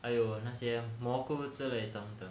还有那些蘑菇之类的等等